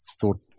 thought